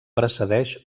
precedeix